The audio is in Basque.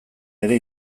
ere